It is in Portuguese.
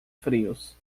frios